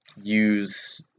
use